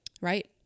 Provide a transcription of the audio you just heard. right